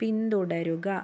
പിന്തുടരുക